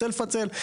רוצה לפצל,